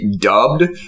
dubbed